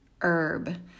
herb